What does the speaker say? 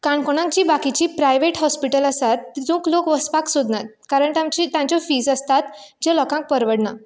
काणकोणांत जी बाकिचीं प्रायवेट हाॅस्पिटल आसात जो लोक वचपाक सोदनात कारण तांची तांच्यो फीस आसतात ज्यो लोकांक परवडनात